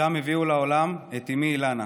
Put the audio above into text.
ושם הביאו לעולם את אימי אילנה,